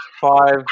five